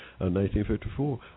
1954